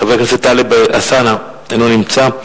חבר הכנסת טלב אלסאנע, אינו נמצא.